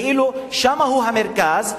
כאילו שם הוא המרכז.